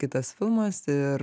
kitas filmas ir